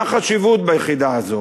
מה החשיבות ביחידה הזו?